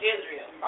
Israel